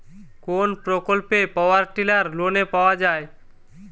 কোন প্রকল্পে power tiller লোনে পাওয়া য়ায়?